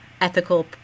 ethical